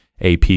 AP